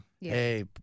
Hey